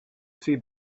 see